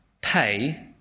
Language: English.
pay